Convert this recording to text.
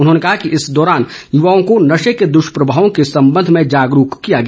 उन्होंने कहा कि इस दौरान युवाओं को नशे के दुष्प्रभावों के संबंध में जागरूक किया गया